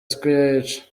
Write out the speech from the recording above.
square